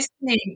listening